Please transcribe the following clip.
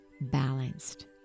balanced